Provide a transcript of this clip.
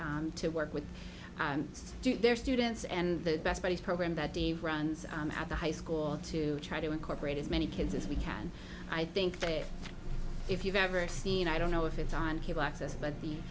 n to work with their students and the best buddies program that dave runs on at the high school to try to incorporate as many kids as we can i think that if you've ever seen i don't know if it's on cable access but the